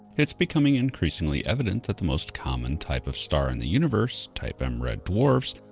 it's becoming increasingly evident that the most common type of star in the universe, type m red dwarfs,